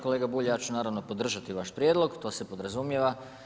Kolega Bulj, ja ću naravno podržati vaš prijedlog, to se podrazumijeva.